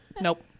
Nope